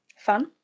fun